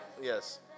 Yes